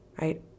Right